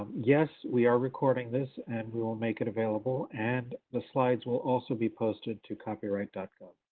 yes, we are recording this and we will make it available and the slides will also be posted to copyright gov.